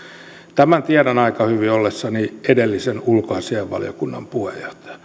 tämän tiedän aika hyvin ollessani edellisen ulkoasiainvaliokunnan puheenjohtaja